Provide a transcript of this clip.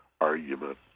argument